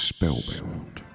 Spellbound